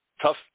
Tough